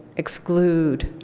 exclude.